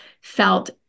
felt